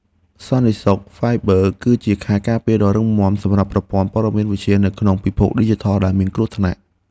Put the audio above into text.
សន្តិសុខសាយប័រ គឺជាខែលការពារដ៏រឹងមាំសម្រាប់ប្រព័ន្ធព័ត៌មានវិទ្យានៅក្នុងពិភពឌីជីថលដែលមានគ្រោះថ្នាក់។